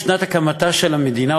בשנות הקמתה של המדינה,